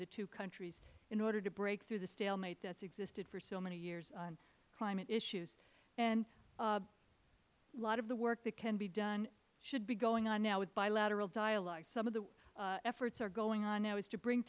the two countries in order to break through the stalemate that has existed for so many years on climate issues a lot of the work that can be done should be going on now with bilateral dialogues some of the efforts going on now are to bring